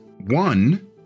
one